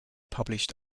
published